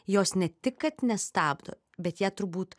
jos ne tik kad nestabdo bet ją turbūt